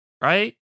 Right